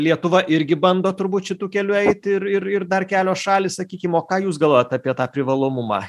lietuva irgi bando turbūt šitu keliu eiti ir ir ir dar kelios šalys sakykim o ką jūs galvojat apie tą privalomumą